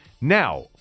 Now